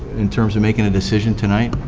in terms of making a decision tonight,